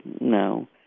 no